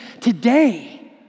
Today